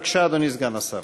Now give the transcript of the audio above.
בבקשה, אדוני סגן השר.